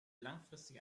langfristig